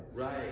Right